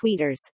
tweeters